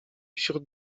wśród